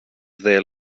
their